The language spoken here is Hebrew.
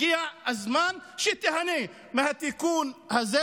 הגיע הזמן שתיהנה מהתיקון הזה,